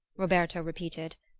roberto repeated.